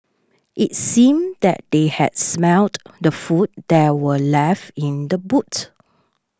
it seemed that they had smelt the food that were left in the boot